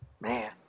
Man